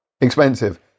Expensive